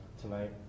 tonight